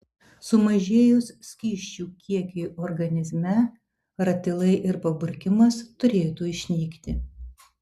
sumažėjus skysčių kiekiui organizme ratilai ir paburkimas turėtų išnykti